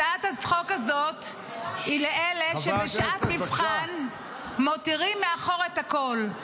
הצעת החוק הזאת היא לאלה שבשעת מבחן מותירים מאחור את הכול,